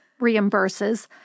reimburses